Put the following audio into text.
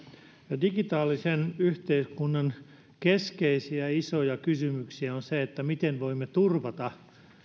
digitaalisen yhteiskunnan keskeisiä isoja kysymyksiä on se miten voimme turvata